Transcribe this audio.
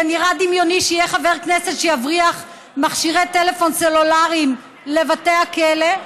זה נראה דמיוני שיהיה חבר כנסת שיבריח מכשירי טלפון סלולריים לבתי הכלא.